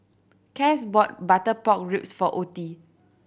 Cas bought butter pork ribs for Ottie